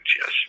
yes